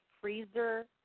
freezer